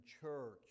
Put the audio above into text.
church